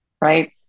right